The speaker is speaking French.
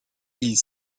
ils